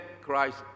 Christ